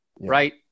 right